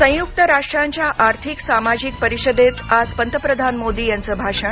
संयुक्त राष्ट्रांच्या आर्थिक सामाजिक परिषदेत आज पंतप्रधान मोदी यांचं भाषण